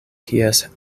kies